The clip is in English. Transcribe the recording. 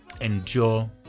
endure